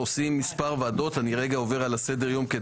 עושים מספר ועדות, אני עובר על הסדר-יום.